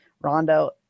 Rondo